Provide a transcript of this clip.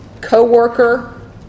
co-worker